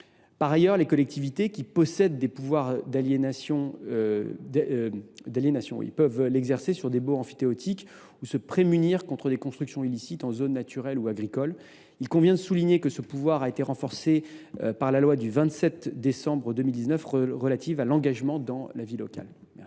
Par ailleurs, les collectivités qui possèdent des pouvoirs d’aliénation peuvent les exercer sur des baux emphytéotiques ou se prémunir contre des constructions illicites en zone naturelle ou agricole. Il convient de souligner que ce pouvoir a été renforcé par la loi du 27 décembre 2019 relative à l’engagement dans la vie locale et